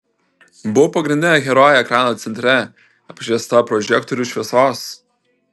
buvau pagrindinė herojė ekrano centre apšviesta prožektorių šviesos